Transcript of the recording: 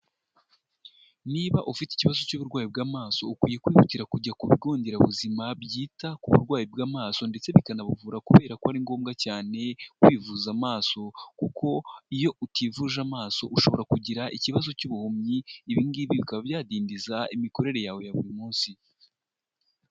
Niba ufite ikibazo cy'uburwayi bw'amaso ukwiye kwihutira kujya ku bigo nderabuzima byita ku burwayi bw'amaso ndetse bikanabuvura kubera ko ari ngombwa cyane, kwivuza amaso kuko iyo utivuje amaso ushobora kugira ikibazo cy'ubuhumyi, ibi ngibi bikaba byadindiza imikorere yawe ya buri munsi.